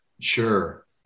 Sure